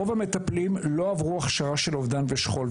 רוב המטפלים לא עברו הכשרה של אובדן ושכול,